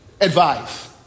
advice